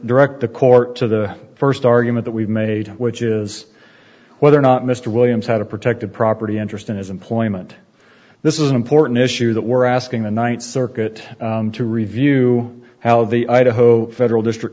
direct the court to the first argument that we've made which is whether or not mr williams had a protected property interest in his employment this is an important issue that we're asking the ninth circuit to review how the idaho federal district